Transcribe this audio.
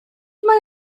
mae